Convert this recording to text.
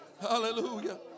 Hallelujah